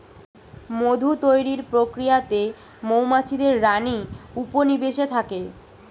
মধু তৈরির প্রক্রিয়াতে মৌমাছিদের রানী উপনিবেশে থাকে